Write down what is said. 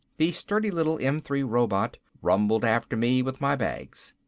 the sturdy little m three robot rumbled after me with my bags.